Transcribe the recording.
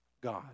God